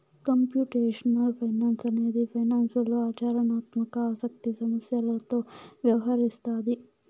computational finance అనేది ఫైనాన్స్లో ఆచరణాత్మక ఆసక్తి సమస్యలతో వ్యవహరిస్తాది